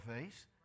face